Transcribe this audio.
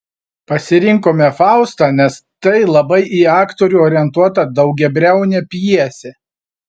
pasirinkome faustą nes tai labai į aktorių orientuota daugiabriaunė pjesė